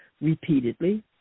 repeatedly